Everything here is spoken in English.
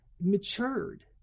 matured